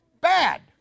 Bad